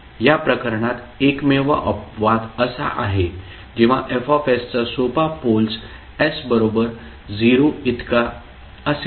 या प्रकरणात एकमेव अपवाद असा आहे जेव्हा F चा सोपा पोलस् s बरोबर 0 इतका असेल